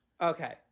Okay